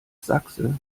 sachse